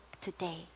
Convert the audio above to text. today